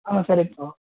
ஆமாம் சார் இப்போது